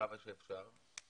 כמה שאפשר,